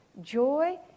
joy